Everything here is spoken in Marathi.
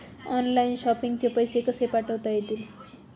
ऑनलाइन शॉपिंग चे पैसे कसे पाठवता येतील?